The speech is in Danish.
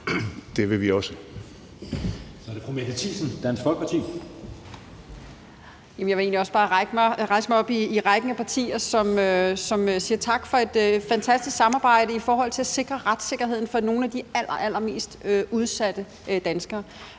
Folkeparti. Kl. 12:19 Mette Thiesen (DF): Jeg vil egentlig også bare rejse mig op i rækken af partier, som siger tak for et fantastisk samarbejde i forhold til at sikre retssikkerheden for nogle af de allerallermest udsatte danskere,